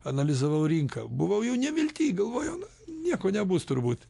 analizavau rinką buvau jau nevilty galvojau nu nieko nebus turbūt